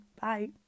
bye